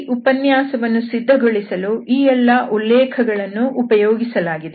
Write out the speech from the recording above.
ಈ ಉಪನ್ಯಾಸವನ್ನು ಸಿದ್ಧಗೊಳಿಸಲು ಈ ಎಲ್ಲಾ ಉಲ್ಲೇಖಗಳನ್ನು ಉಪಯೋಗಿಸಲಾಗಿದೆ